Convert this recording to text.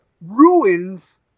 ruins